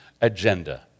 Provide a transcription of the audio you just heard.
agenda